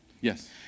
Yes